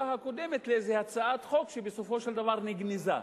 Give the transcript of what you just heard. הקודמת לאיזה הצעת חוק שבסופו של דבר נגנזה,